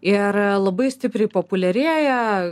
ir labai stipriai populiarėja